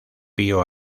pío